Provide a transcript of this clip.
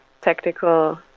technical